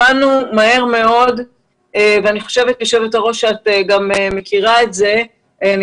הבנו מהר מאוד - ואני חושבת יושבת הראש שאת גם מכירה את זה ואני